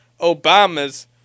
Obama's